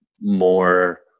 more